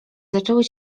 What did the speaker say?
zaczęły